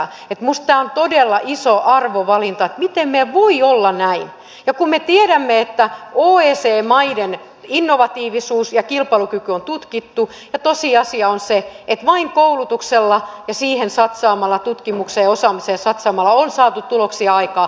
minusta tämä on todella iso arvovalinta miten meillä voi olla näin kun me tiedämme että oecd maiden innovatiivisuus ja kilpailukyky on tutkittu ja tosiasia on se että vain koulutuksella ja siihen satsaamalla tutkimukseen ja osaamiseen satsaamalla on saatu tuloksia aikaan